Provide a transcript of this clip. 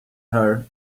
her